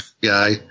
guy